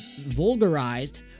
vulgarized